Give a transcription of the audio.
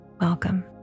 Welcome